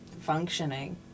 functioning